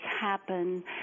happen